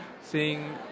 seeing